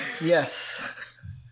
Yes